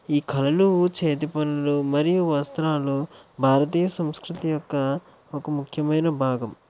ఈ కళలు చేతి పనులు మరియు వస్త్రాలు భారతీయ సంస్కృతి యొక్క ఒక ముఖ్యమైన భాగం